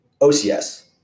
OCS